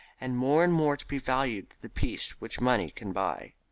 and more and more to be valued the peace which money can buy.